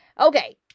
Okay